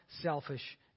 selfish